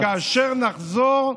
שכאשר נחזור,